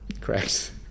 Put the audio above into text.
Correct